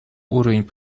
уровень